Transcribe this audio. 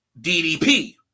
DDP